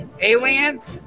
Aliens